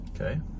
Okay